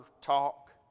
talk